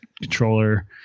controller